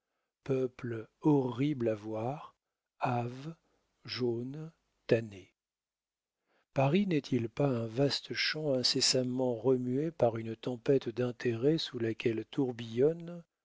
peuple horrible à voir hâve jaune tanné paris n'est-il pas un vaste champ incessamment remué par une tempête d'intérêts sous laquelle tourbillonne